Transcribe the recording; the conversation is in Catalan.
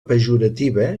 pejorativa